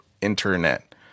internet